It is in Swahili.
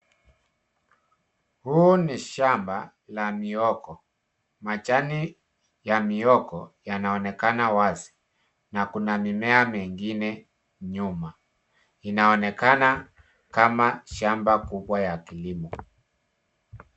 Huu ni shamba la mihogo. Majani ya mihogo yanaonekana wazi na kuna mimea mengine nyuma, inaonekana kama shamba kubwa ya kilimo.